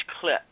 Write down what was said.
clip